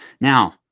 Now